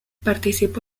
participó